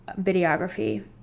videography